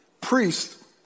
priest